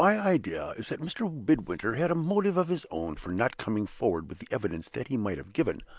my idea is that mr. midwinter had a motive of his own for not coming forward with the evidence that he might have given.